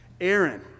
Aaron